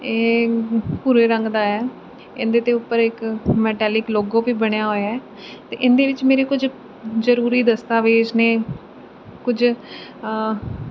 ਇਹ ਭੂਰੇ ਰੰਗ ਦਾ ਹੈ ਇਹਦੇ 'ਤੇ ਉੱਪਰ ਇੱਕ ਮੈਂਟੈਲਿਕ ਲੋਗੋ ਵੀ ਬਣਿਆ ਹੋਇਆ ਅਤੇ ਇਹਦੇ ਵਿੱਚ ਮੇਰੇ ਕੁਝ ਜ਼ਰੂਰੀ ਦਸਤਾਵੇਜ਼ ਨੇ ਕੁਝ